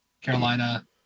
Carolina